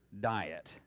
diet